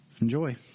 Enjoy